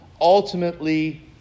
ultimately